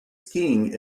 skiing